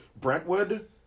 Brentwood